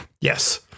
Yes